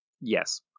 yes